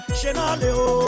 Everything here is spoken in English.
shenaleo